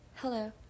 Hello